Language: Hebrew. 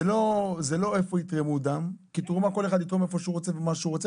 זה לא איפה יתרמו דם כי כל אחד יתרום איפה שהוא רוצה ומתי שהוא רוצה,